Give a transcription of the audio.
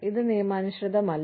ഇത് നിയമാനുസൃതമല്ല